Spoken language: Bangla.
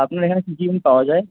আপনার এখানে কী কী এমনি পাওয়া যায়